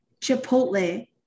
Chipotle